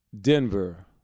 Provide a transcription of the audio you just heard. Denver